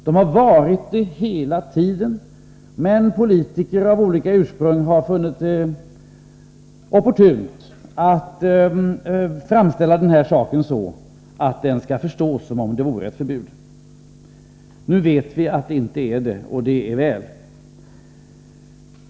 De har varit det hela tiden, men politiker av olika ursprung har funnit det opportunt att framställa den här saken så att den skulle förstås som om det vore ett förbud. Nu vet vi att det inte är det, och det är väl.